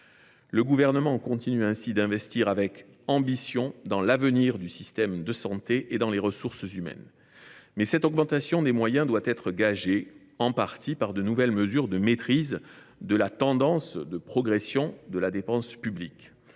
Le Gouvernement continue ainsi d’investir avec ambition dans l’avenir du système de santé et dans les ressources humaines. Cette augmentation des moyens doit toutefois être gagée en partie par de nouvelles mesures de maîtrise de la tendance de progression de la dépense publique.